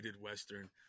Western